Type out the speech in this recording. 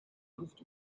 luft